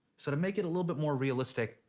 so to make it a little bit more realistic,